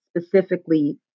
specifically